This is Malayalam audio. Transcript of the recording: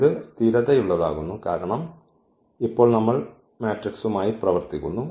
ഇത് സ്ഥിരതയുള്ളതാക്കുന്നു കാരണം ഇപ്പോൾ നമ്മൾ മെട്രിക്സുമായി പ്രവർത്തിക്കുന്നു